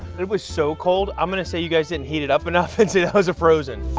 it was so cold i'm going to say you guys didn't heat it up enough, and say that was a frozen.